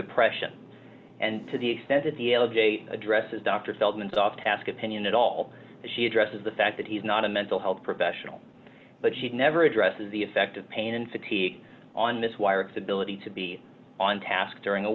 depression and to the extent that the l g a addresses dr feldman soft task opinion at all she addresses the fact that he's not a mental health professional but she never addresses the effect of pain and fatigue on this wire its ability to be on task during